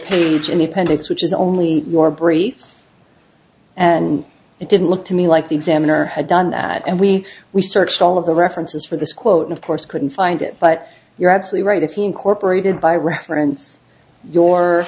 appendix which is only your brief and it didn't look to me like the examiner had done that and we we searched all of the references for this quote of course couldn't find it but you're absolutely right that he incorporated by reference your